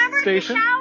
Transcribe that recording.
station